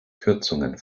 kürzungen